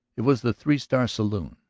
it was the three star saloon.